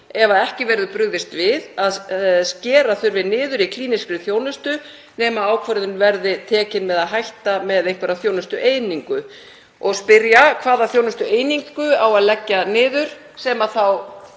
ef ekki verður brugðist við, að skera þurfi niður í klínískri þjónustu nema ákvörðun verði tekin um að hætta með einhverja þjónustueiningu og spyrja: Hvaða þjónustueiningu á að leggja niður, sem þá